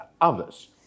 others